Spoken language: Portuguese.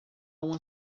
uma